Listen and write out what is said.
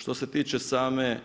Što se tiče same